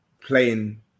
playing